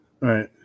Right